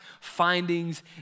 findings